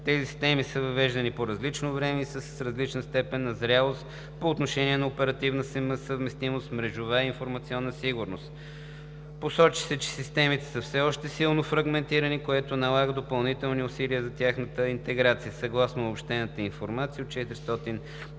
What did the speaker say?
Тези системи са въвеждани по различно време и са с различна степен на зрялост по отношение на оперативната съвместимост, мрежовата и информационната сигурност. Посочи се, че системите са все още силно фрагментирани, което налага допълнителни усилия за тяхната интеграция. Съгласно обобщената информация от 495